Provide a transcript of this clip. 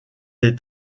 est